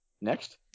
Next